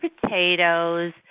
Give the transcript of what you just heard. potatoes